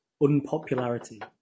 unpopularity